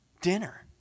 dinner